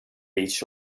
each